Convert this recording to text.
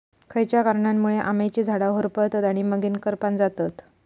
खयच्या कारणांमुळे आम्याची झाडा होरपळतत आणि मगेन करपान जातत?